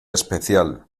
especial